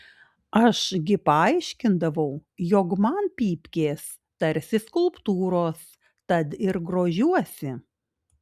aš gi paaiškindavau jog man pypkės tarsi skulptūros tad ir grožiuosi